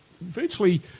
virtually